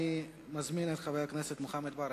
אני מזמין את חבר הכנסת מוחמד ברכה.